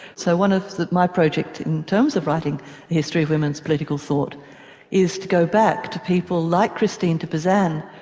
so one of my projects in terms of writing the history of women's political thought is to go back to people like christine de pizan,